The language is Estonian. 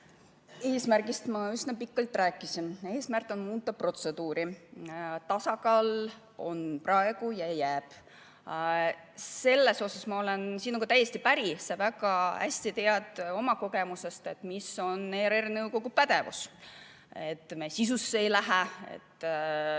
Eesmärgist ma üsna pikalt rääkisin. Eesmärk on muuta protseduuri. Tasakaal on praegu ja see jääb. Selles olen ma sinuga täiesti päri, sa väga hästi tead seda oma kogemusest, mis on ERR‑i nõukogu pädevus. Me sisusse ei lähe,